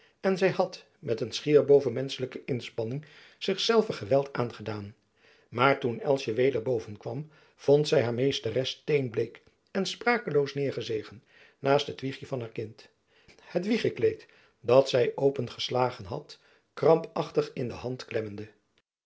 en zy had met een schier bovenmenschelijke inspanning zich zelve geweld aangedaan maar toen elsjen weder bovenkwam vond zy haar meesteres steenbleek en sprakeloos neêrgezegen naast het wiegjen van haar kind het wiegekleed dat zy opengeslagen had krampachtig in de hand klemmende